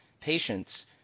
patients